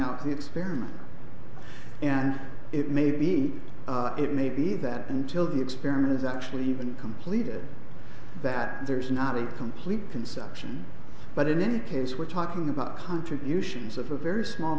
up the experiment and it may be it may be that until the experiment is actually even completed that there's not a complete conception but in any case we're talking about contributions of a very small